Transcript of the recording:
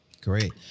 Great